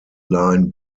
line